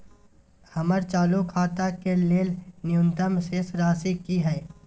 हमर चालू खाता के लेल न्यूनतम शेष राशि की हय?